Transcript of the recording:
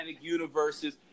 universes